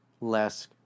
less